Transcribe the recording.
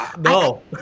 no